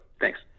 Thanks